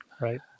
Right